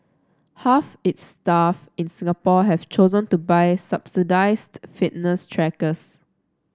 half its staff in Singapore have chosen to buy subsidised fitness trackers